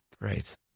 Right